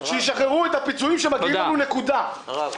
נקודה.